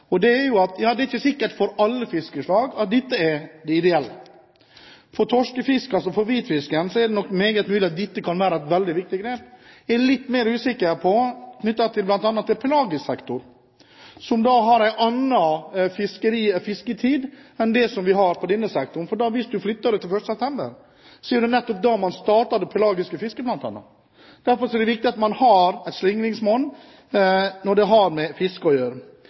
for hvitfisken er det nok meget mulig at dette kan være et veldig viktig grep, men jeg er litt mer usikker når det gjelder bl.a. pelagisk sektor, der man har en annen fisketid enn det man har i denne sektoren. Hvis man flytter kvoteåret slik at det starter 1. september, er det jo nettopp da man starter det pelagiske fisket, bl.a. Derfor er det viktig at man har slingringsmonn når man har med fisk å gjøre.